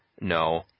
No